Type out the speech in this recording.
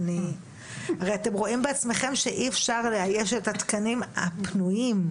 הרי אתם רואים שאי אפשר לאייש את התקנים הפנויים,